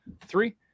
three